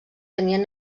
tenien